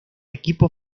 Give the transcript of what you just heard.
equipo